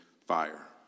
fire